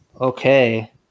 Okay